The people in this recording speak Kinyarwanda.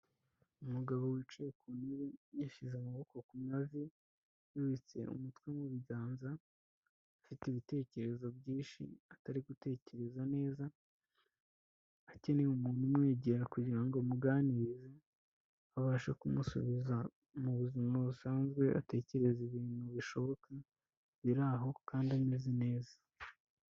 Umugabo wicaye ku ntebe, yashyize amaboko ku mavi, yubitse umutwe mu biganza, afite ibitekerezo byinshi atari gutekereza neza, akeneye umuntu umwegera kugira ngo amuganirize, abashe kumusubiza mu buzima busanzwe atekereza ibintu bishoboka, bira aho kandi ameze neza.